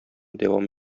дәвам